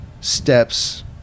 steps